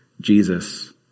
Jesus